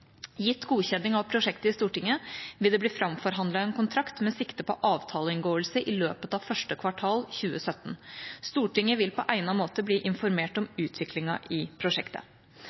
Gitt godkjenning av prosjektet i Stortinget vil det bli framforhandlet en kontrakt med sikte på avtaleinngåelse i løpet av første kvartal 2017. Stortinget vil på egnet måte bli informert om utviklingen i prosjektet.